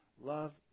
Love